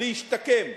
להשתקם.